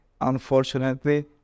Unfortunately